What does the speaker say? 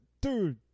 Dude